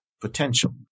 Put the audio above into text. potential